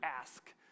ask